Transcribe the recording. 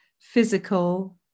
Physical